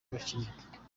abakiliya